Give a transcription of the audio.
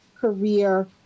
career